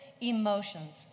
emotions